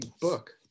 book